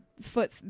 foot